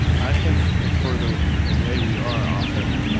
i think the further away we are often,